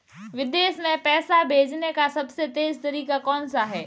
विदेश में पैसा भेजने का सबसे तेज़ तरीका कौनसा है?